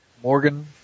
Morgan